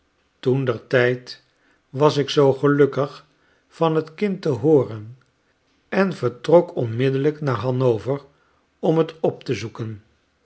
tijd was ik zoo gelukkig van t kind te hooren en vertrok onmiddellijk naar hanover om t op te zoeken